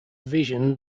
vision